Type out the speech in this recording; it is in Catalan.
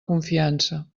confiança